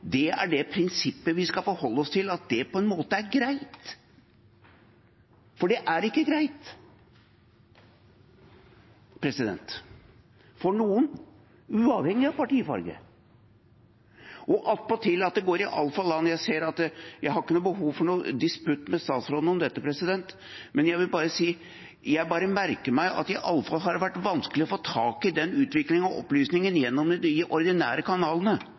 det er det prinsippet vi skal forholde oss til, at det på en måte er greit. For det er ikke greit for noen, uavhengig av partifarge. Jeg har ikke noe behov for noen disputt med statsråden om dette, men jeg vil bare si: Jeg merker meg at det i alle fall har vært vanskelig å få tak i utviklingen og opplysningene gjennom de ordinære kanalene.